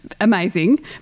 amazing